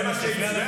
מה הקשר חרדים?